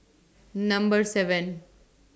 Number seven